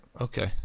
Okay